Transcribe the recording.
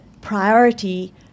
priority